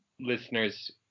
listeners